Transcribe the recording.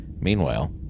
Meanwhile